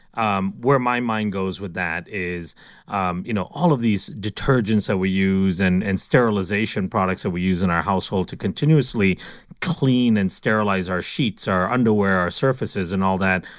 um where my mind goes with that is um you know all of these detergents that so we use and and sterilization products that we use in our household to continuously clean and sterilize our sheets, our underwear, our surfaces and all that.